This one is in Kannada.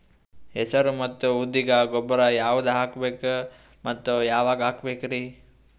ಹೆಸರು ಮತ್ತು ಉದ್ದಿಗ ಗೊಬ್ಬರ ಯಾವದ ಹಾಕಬೇಕ ಮತ್ತ ಯಾವಾಗ ಹಾಕಬೇಕರಿ?